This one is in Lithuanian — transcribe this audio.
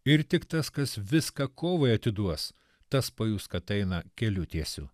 ir tik tas kas viską kovai atiduos tas pajus kad eina keliu tiesiu